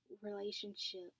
relationship